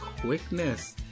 quickness